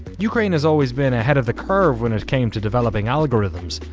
ukraine has always been ahead of the curve when it came to developing algorithms.